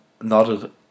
nodded